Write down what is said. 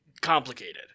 complicated